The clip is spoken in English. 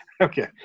Okay